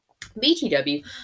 BTW